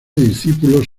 discípulos